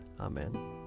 Amen